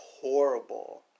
horrible